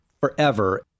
forever